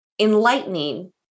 enlightening